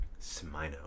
Smino